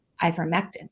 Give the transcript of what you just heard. ivermectin